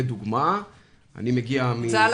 לדוגמה ---- הוצאה לפועל.